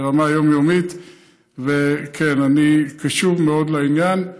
ברמה יומיומית אני קשוב לעניין,